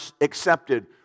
accepted